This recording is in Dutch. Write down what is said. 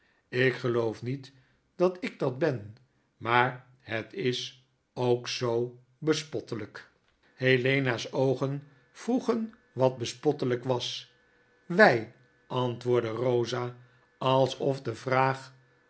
ik geloof niet dat ik dat ben maar het is ook zoo bespottelp i u r life helena's oogen vroegenwatbespottelp was w antwoordde eosa alsof de vraag